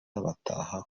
bataha